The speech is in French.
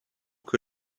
que